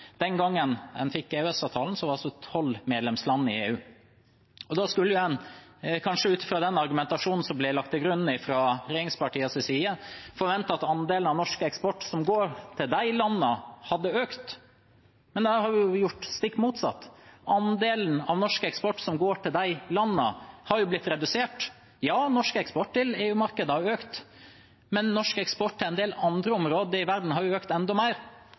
den argumentasjonen som blir lagt til grunn fra regjeringspartienes side, forvente at andelen norsk eksport som går til de landene, hadde økt. Men det stikk motsatte har jo skjedd. Andelen norsk eksport som går til de landene, er blitt redusert. Ja, norsk eksportdel i markedet har økt, men norsk eksport til en del andre områder i verden har økt enda mer,